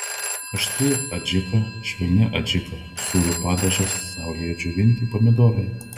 aštri adžika švelni adžika sūrio padažas saulėje džiovinti pomidorai